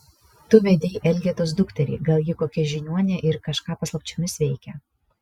tu vedei elgetos dukterį gal ji kokia žiniuonė ir kažką paslapčiomis veikia